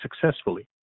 successfully